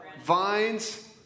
vines